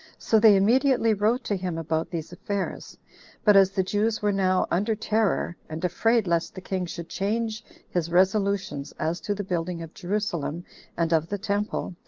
so they immediately wrote to him about these affairs but as the jews were now under terror, and afraid lest the king should change his resolutions as to the building of jerusalem and of the temple,